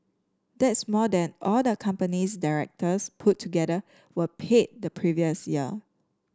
that's more than all the company's directors put together were paid the previous year